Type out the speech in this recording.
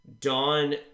dawn